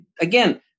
again